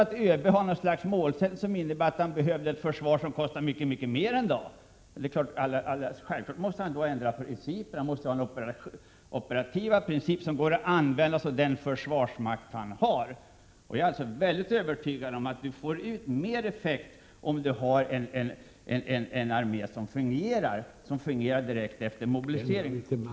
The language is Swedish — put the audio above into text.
Om ÖB har något slags målsättning, som innebär att han behöver ett försvar som kostar mycket mer pengar, så måste han självfallet ändra principerna. Han måste ha sådana operativa principer att han kan använda sig av den försvarsmakt som han har. Och jag är alltså övertygad om att man får ut mer effekt än i dag, om man har en armé som fungerar och som fungerar direkt efter en mobilisering.